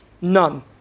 None